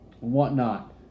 whatnot